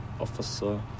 officer